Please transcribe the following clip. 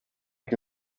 que